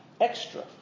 extra